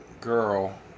girl